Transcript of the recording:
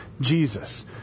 Jesus